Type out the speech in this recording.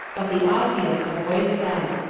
but the osseous avoids them.